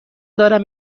دارم